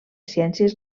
ciències